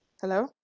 Hello